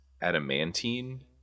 adamantine